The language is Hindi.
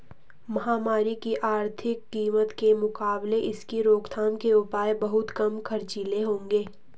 महामारी की आर्थिक कीमत के मुकाबले इसकी रोकथाम के उपाय बहुत कम खर्चीले होंगे